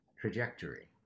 trajectory